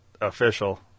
official